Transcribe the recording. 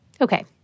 Okay